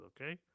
okay